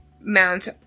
mount